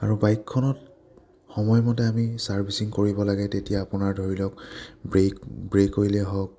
আৰু বাইকখনত সময়মতে আমি চাৰ্ভিচিং কৰিব লাগে তেতিয়া আপোনাৰ ধৰি লওক ব্ৰেক ব্ৰেক কৰিলেই হওক